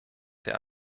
der